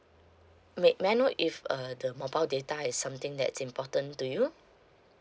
wait may I know if uh the mobile data is something that's important to you